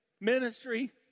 ministry